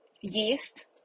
yeast